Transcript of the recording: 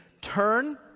turn